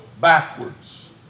backwards